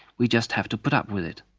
we just have to put up with it.